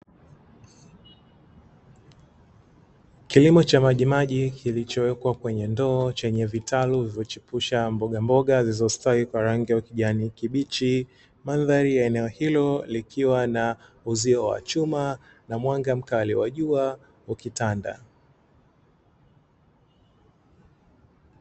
Kilimo cha majimaji kilichowekwa kwenye ndoo, chenye vitalu vilivyochipusha mboga mboga zilizostawi kwa rangi ya ukijani kibichi. Mandhari ya eneo hilo kukiwa na uzio wa chuma na mwanga mkali wa jua ukitanda.